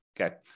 Okay